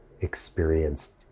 experienced